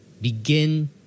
begin